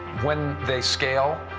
when they scale,